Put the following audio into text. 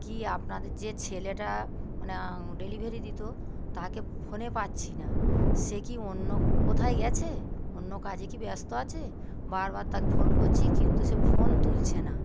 কী আপনাদের যে ছেলেটা মানে ডেলিভারি দিত তাকে ফোনে পাচ্ছি না সে কি অন্য কোথায় গেছে অন্য কাজে কি ব্যস্ত আছে বারবার তাকে ফোন করছি কিন্তু সে ফোন তুলছে না